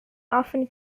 often